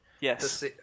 Yes